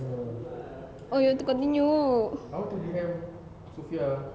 you want to continue